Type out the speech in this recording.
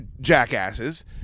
jackasses